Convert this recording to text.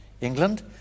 England